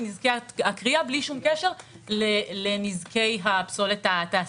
לנזקי הכרייה בלי קשר לנזקי הפסולת התעשייתית.